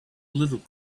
little